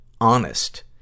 honest